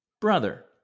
Brother